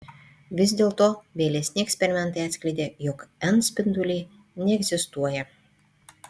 vis dėlto vėlesni eksperimentai atskleidė jog n spinduliai neegzistuoja